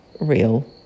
real